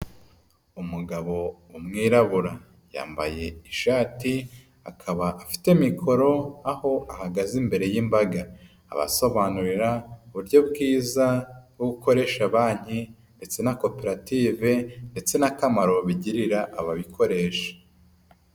Umugabo w'umwirabura, yambaye ishati akaba afite mikoro aho ahagaze imbere y'imbaga. Abasobanurira uburyo bwiza bwo gukoresha banki ndetse na koperative ndetse n'akamaro bigirira ababikoresha.